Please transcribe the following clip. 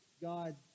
God